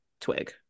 twig